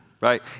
Right